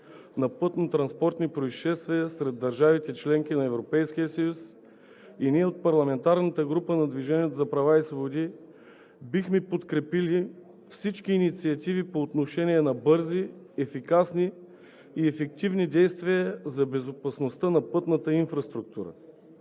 на пътно-транспортни произшествия сред държавите – членки на Европейския съюз, и ние от парламентарната група на „Движението за права и свободи“ бихме подкрепили всички инициативи по отношение на бързи, ефикасни и ефективни действия за безопасността на пътната инфраструктура,